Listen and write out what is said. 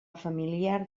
familiar